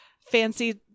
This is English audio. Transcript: fancy